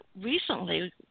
recently